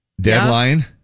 deadline